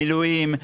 מילואים,